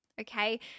Okay